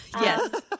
Yes